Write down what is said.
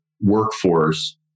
workforce